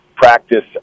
Practice